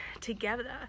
together